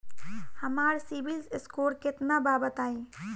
हमार सीबील स्कोर केतना बा बताईं?